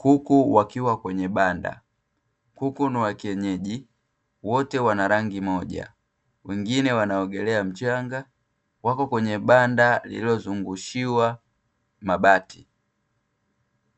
Kuku wakiwa kwenye banda, kuku ni wa kienyeji, wote wana rangi moja, wengine wanaogelea mchanga. Wapo kwenye banda liliozungushiwa mabati.